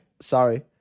Sorry